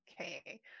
Okay